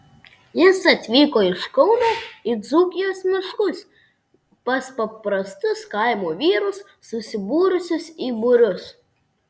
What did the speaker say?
jis atvyko iš kauno į dzūkijos miškus pas paprastus kaimo vyrus susibūrusius į būrius